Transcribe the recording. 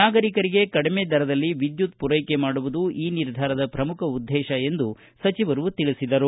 ನಾಗರಿಕರಿಗೆ ಕಡಿಮೆ ದರದಲ್ಲಿ ವಿದ್ಯುತ್ ಪೂರೈಕೆ ಮಾಡುವುದು ಈ ನಿರ್ಧಾರದ ಪ್ರಮುಖ ಉದ್ದೇಶ ಎಂದು ಅವರು ಹೇಳಿದರು